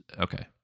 okay